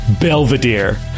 Belvedere